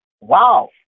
wow